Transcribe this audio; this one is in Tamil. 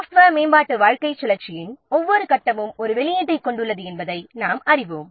சாஃப்ட்வேர் மேம்பாட்டு வாழ்க்கைச் சுழற்சியின் ஒவ்வொரு கட்டமும் ஒரு வெளியீட்டைக் கொண்டுள்ளது என்பதை நாம் அறிவோம்